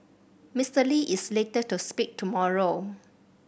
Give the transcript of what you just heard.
Mister Lee is slated to speak tomorrow